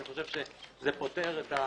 אני חושב שזה פותר.